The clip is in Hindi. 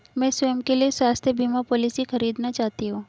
मैं स्वयं के लिए स्वास्थ्य बीमा पॉलिसी खरीदना चाहती हूं